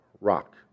rock